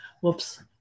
Whoops